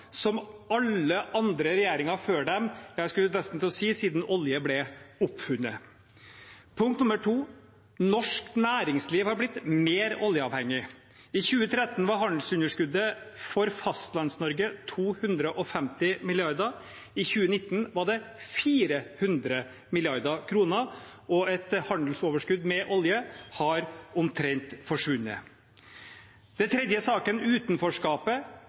som alle andre regjeringer før dem – jeg skulle nesten til å si siden olje ble oppfunnet. Punkt nummer to: Norsk næringsliv har blitt mer oljeavhengig. I 2013 var handelsunderskuddet for Fastlands-Norge 250 mrd. kr. I 2019 var det 400 mrd. kr, og et handelsoverskudd med olje har omtrent forsvunnet. Den tredje saken, utenforskapet,